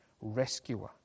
rescuer